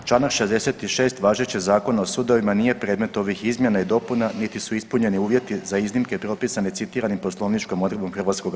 Čl. 66. važećeg Zakona o sudovima nije predmet ovih izmjena i dopuna, niti su ispunjeni uvjeti za iznimke propisani citiranim poslovničkom odredbom HS.